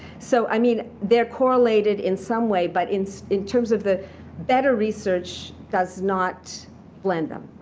so i mean, they're correlated in some way but, in so in terms of the better research, does not lend them,